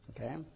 Okay